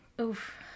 Oof